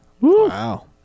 wow